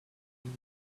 with